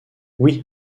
oui